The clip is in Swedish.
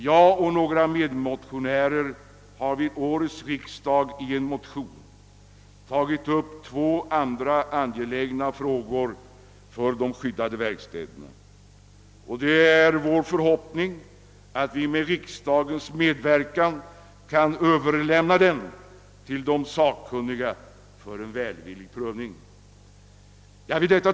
Jag och några medmotionärer har vid årets riksdag i en motion tagit upp två andra angelägna frågor rörande de skyddade verkstäderna. Det är vår förboppning att vi med riksdagens medverkan kan överlämna den till de sakkunniga för välvillig prövning.